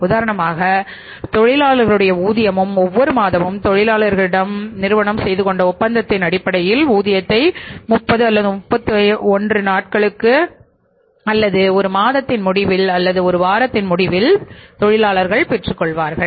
உதாரணமாக தொழிலாளர்களுடைய ஊதியமும் ஒவ்வொரு மாதமும் தொழிலாளர்களிடம் நிறுவனம் செய்து கொண்ட ஒப்பந்தத்தின் அடிப்படையில் ஊதியத்தை 30அல்லது31 நாட்களுக்கு அல்லது ஒரு மாதத்தின் முடிவில் அல்லது ஒரு வாரத்தின் முடிவில் பெற்றுக் கொள்வார்கள்